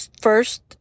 first